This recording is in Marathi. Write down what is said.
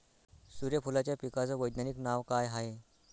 सुर्यफूलाच्या पिकाचं वैज्ञानिक नाव काय हाये?